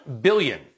billion